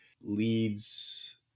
leads